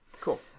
Cool